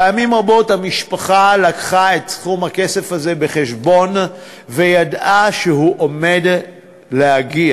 פעמים רבות המשפחה לקחה את סכום הכסף הזה בחשבון וידעה שהוא עומד להגיע.